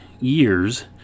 years